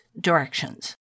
directions